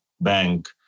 bank